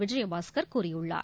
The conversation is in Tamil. விஜயபாஸ்கர் கூறியுள்ளார்